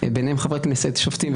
ביניהם חברי כנסת ושופטים,